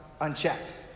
unchecked